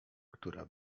która